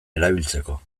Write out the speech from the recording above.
erabiltzeko